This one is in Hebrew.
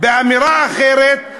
אמירה אחרת,